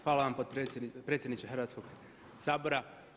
Hvala vam predsjedniče Hrvatskog sabora.